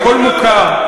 הכול מוכר,